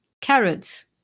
carrots